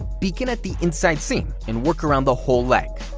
begin at the inside seam and work around the whole leg.